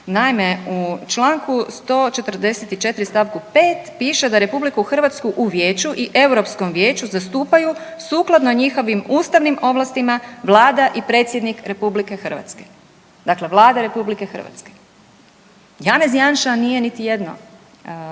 Naime, u čl. 144. st. 5. piše da RH u Vijeću i Europskom vijeću zastupaju sukladno njihovim ustavnim ovlastima vlada i predsjednik RH. Dakle Vlada RH. Janez Janša nije niti jedno,